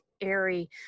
airy